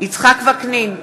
יצחק וקנין,